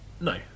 no